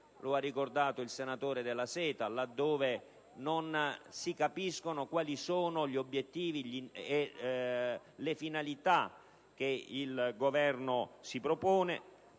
come ha ricordato il senatore Della Seta, e non si capisce quali siano gli obiettivi e le finalità che il Governo si propone.